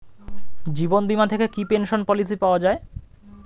জীবন বীমা থেকে কি পেনশন পলিসি পাওয়া যায়?